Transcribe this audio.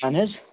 اہن حظ